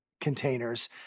containers